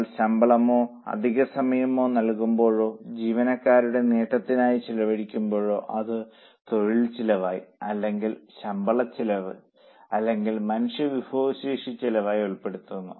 നമ്മൾ ശമ്പളമോ അധികസമയമോ നൽകുമ്പോഴോ ജീവനക്കാരുടെ നേട്ടത്തിനായി ചെലവഴിക്കുമ്പോഴോ അത് തൊഴിൽ ചെലവായി അല്ലെങ്കിൽ ശമ്പളച്ചെലവ് അല്ലെങ്കിൽ മനുഷ്യവിഭവശേഷി ചെലവായി ഉൾപ്പെടുത്തും